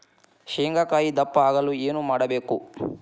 ಶೇಂಗಾಕಾಯಿ ದಪ್ಪ ಆಗಲು ಏನು ಮಾಡಬೇಕು?